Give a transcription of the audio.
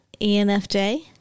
ENFJ